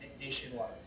nationwide